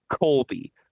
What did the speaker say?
Colby